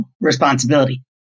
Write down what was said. responsibility